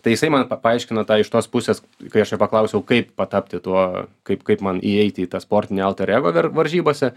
tai jisai man pa paaiškino tą iš tos pusės kai aš jo paklausiau kaip patapti tuo kaip kaip man įeiti į sportinį alter ego var varžybose